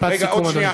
משפט סיכום, אדוני.